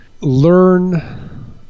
learn